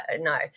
no